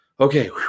okay